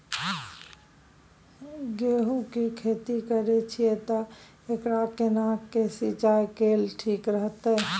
गेहूं की खेती करे छिये ते एकरा केना के सिंचाई कैल ठीक रहते?